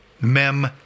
Mem